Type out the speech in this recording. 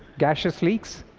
gaseous leaks.